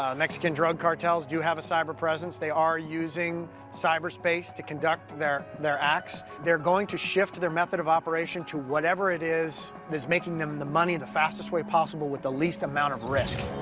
ah mexican drug cartels do have a cyber presence. they are using cyberspace to conduct their their acts. they're going to shift their method of operation to whatever it is that is making them the money the fastest way possible with the least amount of risk.